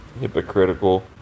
hypocritical